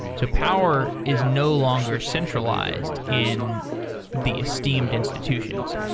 so power is no longer centralized in the esteemed institutions.